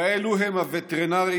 כאלה הם הווטרנים,